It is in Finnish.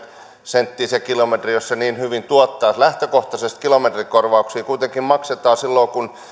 senttiä kilometri jos se niin hyvin tuottaa lähtökohtaisesti kilometrikorvauksia kuitenkin maksetaan silloin kun